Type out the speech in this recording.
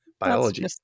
Biology